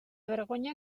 vergonya